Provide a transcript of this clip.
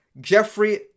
Jeffrey